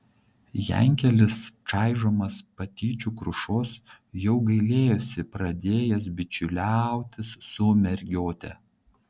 jankelis čaižomas patyčių krušos jau gailėjosi pradėjęs bičiuliautis su mergiote